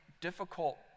difficult